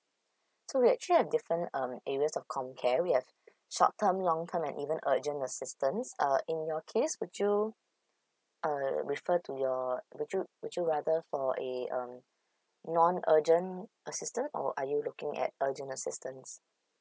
so we actually have different um areas of comcare we have short term long term and even urgent assistance uh in your case would you uh refer to your would you would you rather for a um non urgent assistance or are you looking at urgent assistance